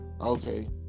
okay